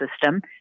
system